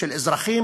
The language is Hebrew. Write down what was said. של אזרחים,